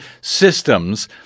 systems